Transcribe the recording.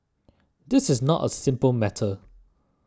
this is not a simple matter